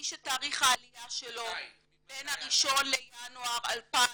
מי שתאריך העלייה שלו בין ה-1 לינואר 2015,